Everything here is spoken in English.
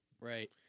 Right